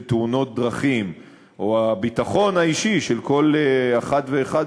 תאונות דרכים או הביטחון האישי של כל אחת ואחד,